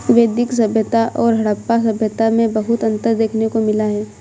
वैदिक सभ्यता और हड़प्पा सभ्यता में बहुत अन्तर देखने को मिला है